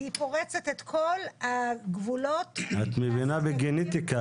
היא פורצת את כל הגבולות --- את מבינה בגנטיקה,